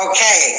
Okay